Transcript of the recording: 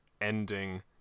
ending